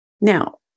Now